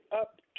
up